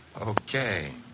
Okay